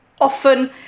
often